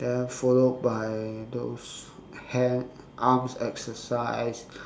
then follow by those hands arms exercise